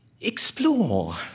Explore